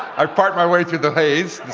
i part my way through the haze,